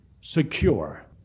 secure